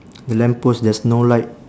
the lamp post there's no light